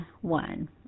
one